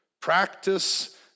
practice